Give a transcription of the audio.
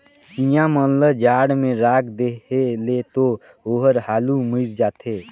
चिंया मन ल जाड़ में राख देहे ले तो ओहर हालु मइर जाथे